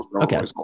okay